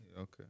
Okay